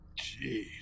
jeez